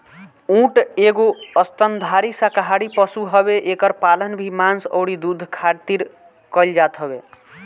ऊँट एगो स्तनधारी शाकाहारी पशु हवे एकर पालन भी मांस अउरी दूध खारित कईल जात हवे